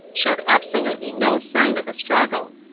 showed absolutely no sign of a struggle.